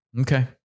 Okay